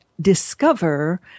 discover